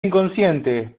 inconsciente